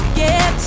get